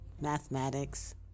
mathematics